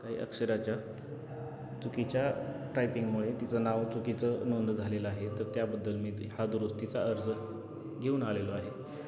काही अक्षराच्या चुकीच्या टायपिंगमुळे तिचं नाव चुकीचं नोंद झालेलं आहे तर त्याबद्दल मी हा दुरुस्तीचा अर्ज घेऊन आलेलो आहे